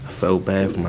felt bad